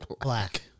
Black